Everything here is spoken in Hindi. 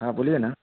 हाँ बोलिए ना